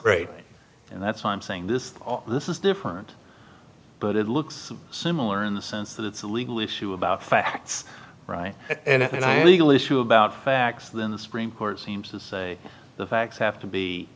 and that's why i'm saying this this is different but it looks similar in the sense that it's a legal issue about facts right and legal issue about facts then the supreme court seems to say the facts have to be